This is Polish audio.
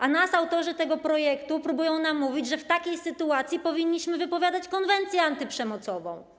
A nas autorzy tego projektu próbują namówić, przekonać, że w takiej sytuacji powinniśmy wypowiedzieć konwencję antyprzemocową.